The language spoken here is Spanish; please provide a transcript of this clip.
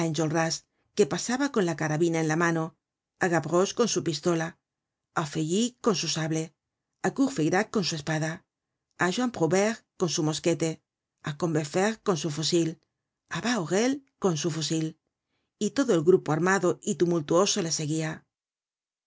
que pasaba con la carabina en la mano á gavroche con su pistola á feuilly con su sable á courfeyrac con su espada á juan prouvaire con su mosquete á combeferre con su fusil á bahorel con su fusil y todo el grupo armado y tumultuoso que le seguia